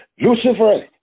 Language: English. Lucifer